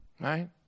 Right